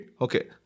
okay